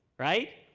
right?